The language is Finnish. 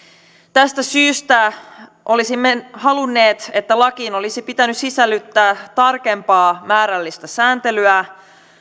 tästä syystä olisimme halunneet että lakiin olisi sisällytetty tarkempaa määrällistä sääntelyä